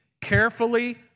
carefully